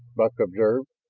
buck observed.